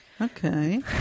Okay